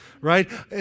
Right